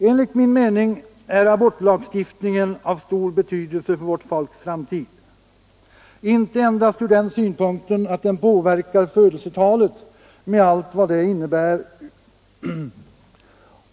Enligt min mening är abortlagstiftningen av stor betydelse för vårt folks framtid, bl.a. därför att den påverkar födelsetalet med allt vad det innebär.